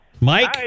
Mike